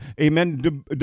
Amen